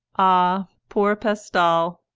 ah! poor pestal!